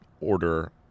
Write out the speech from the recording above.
order